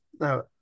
Now